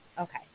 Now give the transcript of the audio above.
Okay